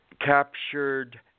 captured